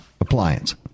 appliance